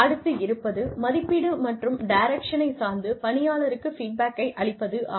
அடுத்து இருப்பது மதிப்பீடு மற்றும் டைரக்ஷனை சார்ந்து பணியாளருக்கு ஃபீட்பேக்கை அளிப்பது ஆகும்